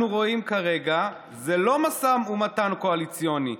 רואים כרגע זה לא משא ומתן קואליציוני,